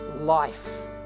life